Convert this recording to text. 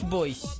Boys